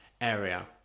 area